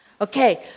Okay